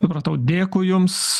supratau dėkui jums